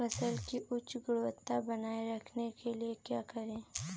फसल की उच्च गुणवत्ता बनाए रखने के लिए क्या करें?